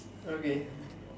okay